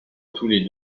tous